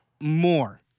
more